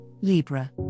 Libra